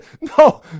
No